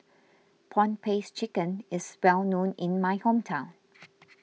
Prawn Paste Chicken is well known in my hometown